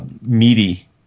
meaty